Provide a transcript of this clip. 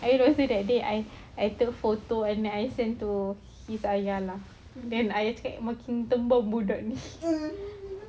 habis that day I I took photo and then I send to his ayah lah then I cakap makin tembam budak ni